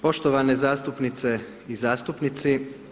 Poštovane zastupnice i zastupnici.